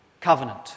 covenant